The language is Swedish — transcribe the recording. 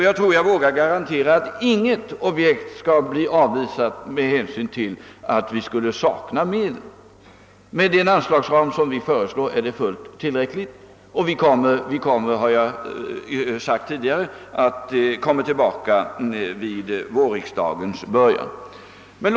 Jag tror att jag vågar garantera att inget objekt skall bli avvisat med hänvisning till att vi skulle sakna medel. Den anslagsram vi föreslår är fullt tillfredsställande och vi kommer, som jag tidigare sagt, att återkomma till denna fråga vid vårriksdagens början.